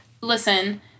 Listen